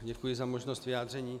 Děkuji za možnost vyjádření.